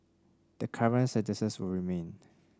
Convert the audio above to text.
the current sentences will remain